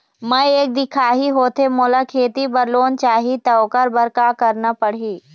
मैं एक दिखाही होथे मोला खेती बर लोन चाही त ओकर बर का का करना पड़ही?